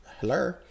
Hello